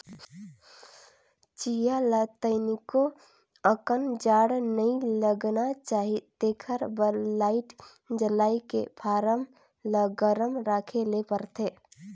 चीया ल तनिको अकन जाड़ नइ लगना चाही तेखरे बर लाईट जलायके फारम ल गरम राखे ले परथे